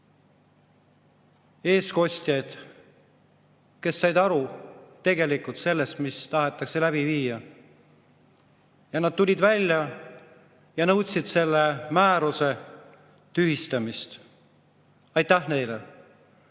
eestkostjaid, kes said aru tegelikult sellest, mida tahetakse läbi viia. Ja nad tulid välja ja nõudsid selle määruse tühistamist. Aitäh neile!